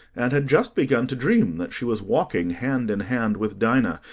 and had just begun to dream that she was walking hand in hand with dinah,